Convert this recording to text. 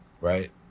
Right